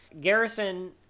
garrison